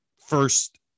first